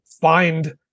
find